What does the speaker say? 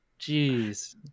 Jeez